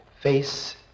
face